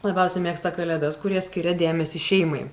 labiausiai mėgsta kalėdas kurie skiria dėmesį šeimai